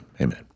Amen